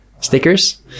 Stickers